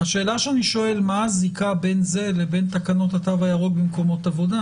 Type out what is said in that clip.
השאלה שאני שואל מה הזיקה בין זה לבין תקנות התו הירוק במקומות עבודה?